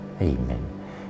Amen